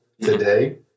today